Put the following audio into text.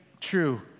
true